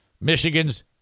Michigan's